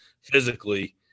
physically